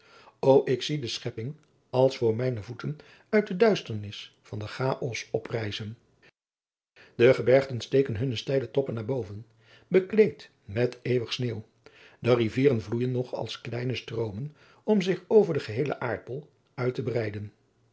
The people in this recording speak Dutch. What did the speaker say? o ik zie de schepping als voor mijne voeten uit de duisternis van den chaos oprijzen de bergen steken hunne steile toppen naar boven bekleed met eeuwig sneeuw de rivieren vloeijen nog als kleine stroomen om zich over den geheelen aardbol uit te breiden